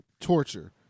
torture